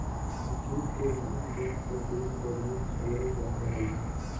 जुट के मांग दिन प दिन बढ़ल चलल जा रहल बा